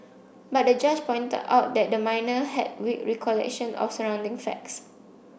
but the judge pointed out that the minor had weak recollection of surrounding facts